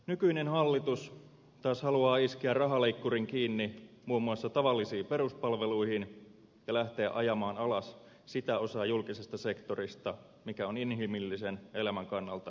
nykyinen hallitus taas haluaa iskeä rahaleikkurin kiinni muun muassa tavallisiin peruspalveluihin ja lähteä ajamaan alas sitä osaa julkisesta sektorista mikä on inhimillisen elämän kannalta kaikkein merkittävin